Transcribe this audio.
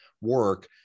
work